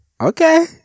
Okay